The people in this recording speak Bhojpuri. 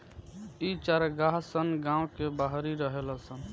इ चारागाह सन गांव के बाहरी रहेला सन